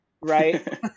right